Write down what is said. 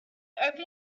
opened